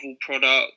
product